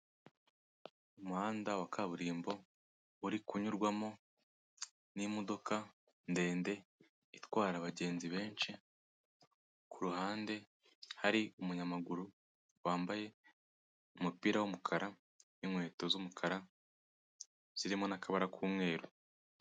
Umuhanda wa kaburimbo uri kunyurwamo n'imodoka ndende itwara abagenzi benshi, ku ruhande hari umunyamaguru wambaye umupira w'umukara n'inkweto z'umukara zirimo n'akabara k'umweru.